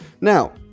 Now